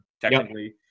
technically